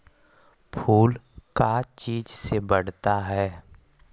फूल का चीज से बढ़ता है?